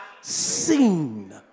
seen